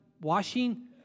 Washing